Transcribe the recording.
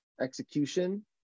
execution